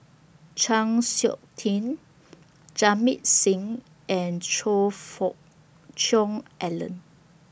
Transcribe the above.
Chng Seok Tin Jamit Singh and Choe Fook Cheong Alan